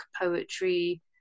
poetry